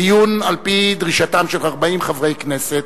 דיון על-פי דרישתם של 40 חברי הכנסת.